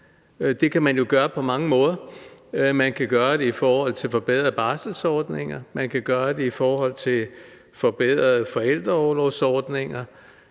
Det kan man jo gøre på mange måder. Man kan gøre det i forhold til forbedrede barselsordninger. Man kan gøre det i forhold til forbedrede forældreorlovsordninger.